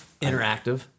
Interactive